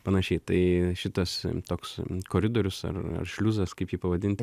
panašiai tai šitas toks koridorius ar ar šliuzas kaip jį pavadinti